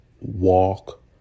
walk